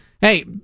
Hey